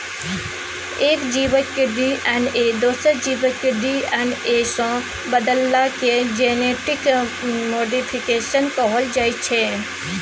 एक जीबक डी.एन.ए दोसर जीबक डी.एन.ए सँ बदलला केँ जेनेटिक मोडीफिकेशन कहल जाइ छै